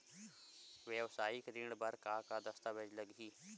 वेवसायिक ऋण बर का का दस्तावेज लगही?